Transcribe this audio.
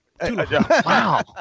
wow